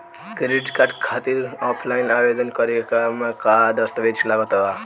Credit card खातिर offline आवेदन करे म का का दस्तवेज लागत बा?